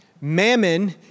mammon